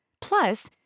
Plus